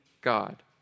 God